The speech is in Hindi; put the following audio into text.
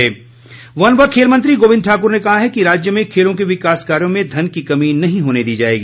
पैराग्लाइडिंग वन व खेल मंत्री गोविंद ठाकुर ने कहा है कि राज्य में खेलों के विकास कार्यों में धन की कमी नहीं होने दी जाएगी